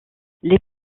les